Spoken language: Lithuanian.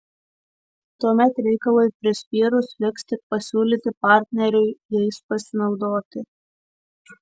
tuomet reikalui prispyrus liks tik pasiūlyti partneriui jais pasinaudoti